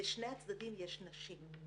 בשני הצדדים יש נשים.